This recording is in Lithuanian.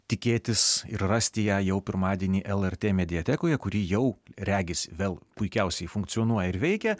tikėtis ir rasti ją jau pirmadienį lrt mediatekoje kuri jau regis vėl puikiausiai funkcionuoja ir veikia